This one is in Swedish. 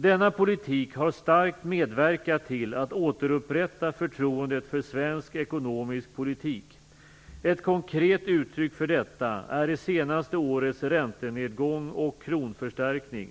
Denna politik har starkt medverkat till att återupprätta förtroendet för svensk ekonomisk politik. Ett konkret uttryck för detta är det senaste årets räntenedgång och kronförstärkning.